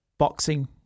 boxing